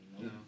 No